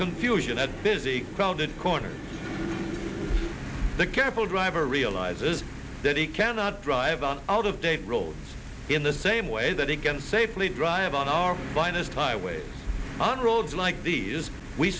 confusion at busy crowded corners the careful driver realizes that he cannot drive out of date roads in the same way that he can safely drive on our finest highways on roads like these we